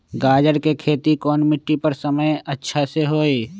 गाजर के खेती कौन मिट्टी पर समय अच्छा से होई?